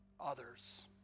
others